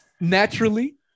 naturally